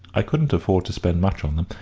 i couldn't afford to spend much on them.